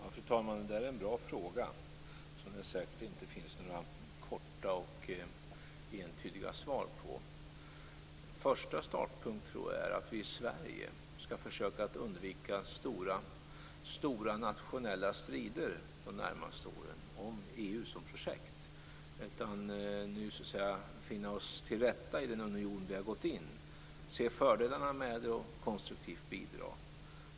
Fru talman! Det är en bra fråga, som det säkert inte finns några korta och entydiga svar på. Första startpunkt är att vi i Sverige skall försöka att undvika stora nationella strider de närmaste åren om EU som projekt utan nu finna oss till rätta i den union som vi gått in i, se fördelarna med den och konstruktivt bidra.